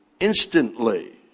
instantly